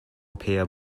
appear